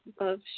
love